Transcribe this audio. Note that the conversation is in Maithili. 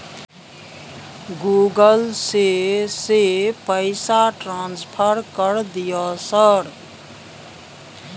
गूगल से से पैसा ट्रांसफर कर दिय सर?